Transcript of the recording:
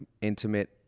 intimate